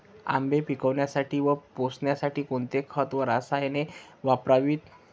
आंबे पिकवण्यासाठी व पोसण्यासाठी कोणते खत व रसायने वापरावीत?